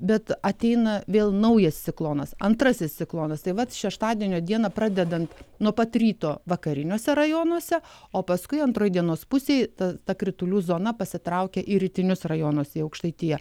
bet ateina vėl naujas ciklonas antrasis ciklonas taip pat šeštadienio dieną pradedant nuo pat ryto vakariniuose rajonuose o paskui antroj dienos pusėj ta ta kritulių zona pasitraukia į rytinius rajonus į aukštaitiją